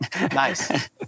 Nice